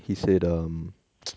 he said um